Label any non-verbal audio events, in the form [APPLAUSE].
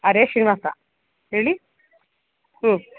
[UNINTELLIGIBLE] ಹೇಳಿ ಹ್ಞೂ